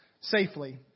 safely